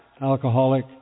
alcoholic